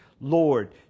Lord